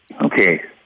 Okay